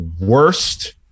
worst